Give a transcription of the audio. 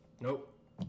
Nope